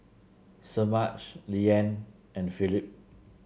Semaj Leann and Philip